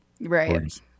Right